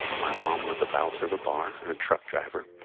my mom was a bouncer of a bar and a truck driver.